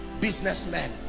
businessmen